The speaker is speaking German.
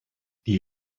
die